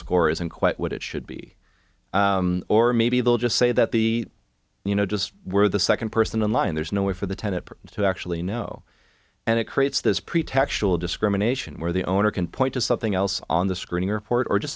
score isn't quite what it should be or maybe they'll just say that the you know just were the second person in line there's no way for the tenet to actually know and it creates this pretextual discrimination where the owner can point to something else on the screen report or just